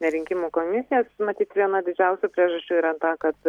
rinkimų komisijas matyt viena didžiausių priežasčių yra ta kad